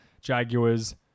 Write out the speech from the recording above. Jaguars